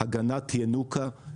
הגנת ינוקא,